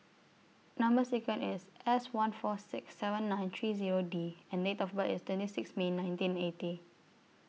Number sequence IS S one four six seven nine three Zero D and Date of birth IS twenty six May nineteen eighty